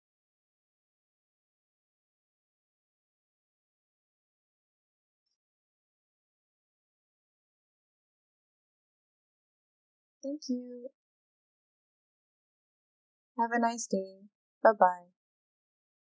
thank you have a nice day bye bye